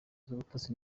z’ubutasi